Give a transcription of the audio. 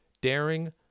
Daring